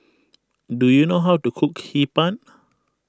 do you know how to cook Hee Pan